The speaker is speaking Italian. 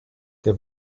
che